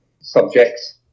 subjects